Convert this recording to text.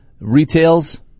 Retails